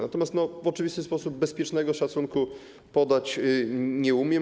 Natomiast w oczywisty sposób bezpiecznego szacunku podać nie umiem.